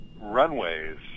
runways